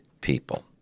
people